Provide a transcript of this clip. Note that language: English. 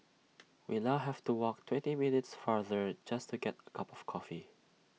we now have to walk twenty minutes farther just to get A cup of coffee